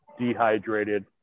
dehydrated